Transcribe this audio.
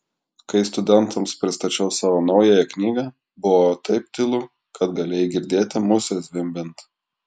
kai studentams pristačiau savo naująją knygą buvo taip tylu kad galėjai girdėti musę zvimbiant